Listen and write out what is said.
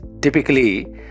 typically